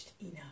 enough